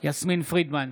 יסמין פרידמן,